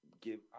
give